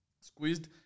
squeezed